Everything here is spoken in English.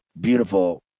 beautiful